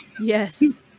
Yes